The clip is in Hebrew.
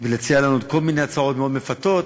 ולהציע לנו כל מיני הצעות מאוד מפתות.